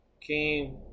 came